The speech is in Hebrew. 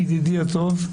ידידי הטוב,